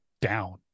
down